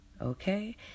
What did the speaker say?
Okay